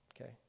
okay